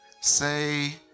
say